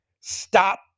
Stop